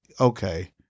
okay